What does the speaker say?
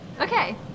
okay